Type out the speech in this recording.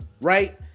right